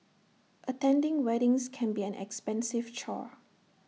attending weddings can be an expensive chore